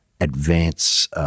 advance